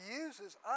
uses